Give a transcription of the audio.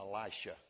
Elisha